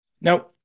now